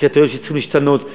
קריטריונים שצריכים להשתנות.